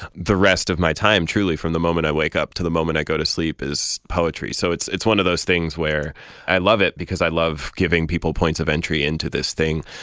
the rest of my time, truly, from the moment i wake up to the moment i go to sleep, is poetry. so it's it's one of those things where i love it because i love giving people points of entry into this thing,